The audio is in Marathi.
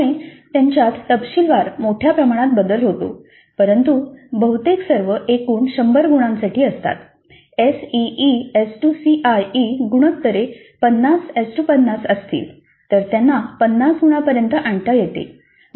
त्यामुळे त्यांच्यात तपशिलानुसार मोठ्या प्रमाणात बदल होतो परंतु बहुतेक सर्व एकूण 100 गुणांसाठी असतात S E E C I E गुणोत्तरे 5050 असतील तर त्यांना पन्नास गुणांपर्यंत आणता येते